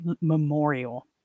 memorial